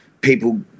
people